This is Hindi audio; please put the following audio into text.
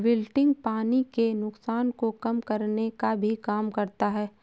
विल्टिंग पानी के नुकसान को कम करने का भी काम करता है